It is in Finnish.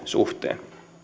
suhteen